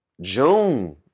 June